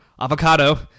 Avocado